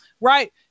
right